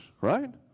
right